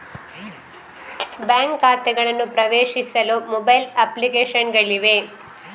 bank ಖಾತೆಗಳನ್ನು ಪ್ರವೇಶಿಸಲು mobile application ಗಳಿವೆ